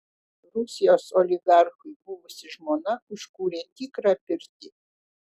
rusijos oligarchui buvusi žmona užkūrė tikrą pirtį